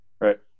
Right